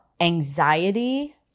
anxiety